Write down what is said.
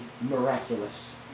miraculous